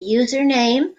username